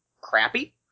crappy